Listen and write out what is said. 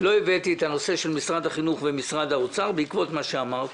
את הנושא של משרד החינוך ומשרד האוצר בעקבות מה שאמרת.